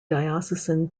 diocesan